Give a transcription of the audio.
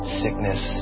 sickness